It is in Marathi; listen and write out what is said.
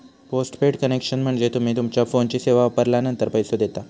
पोस्टपेड कनेक्शन म्हणजे तुम्ही तुमच्यो फोनची सेवा वापरलानंतर पैसो देता